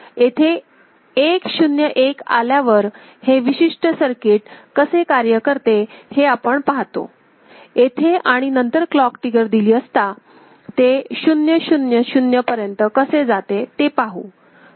येथे 1 0 1 आल्यावर हे विशिष्ट सर्किट कसे कार्य करते हे आपण पाहतो येथे आणि नंतर क्लॉक ट्रिगर दिली असता ते 0 0 0 पर्यंत कसे जाते ते पाहू